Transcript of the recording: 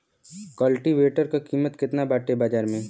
कल्टी वेटर क कीमत केतना बाटे बाजार में?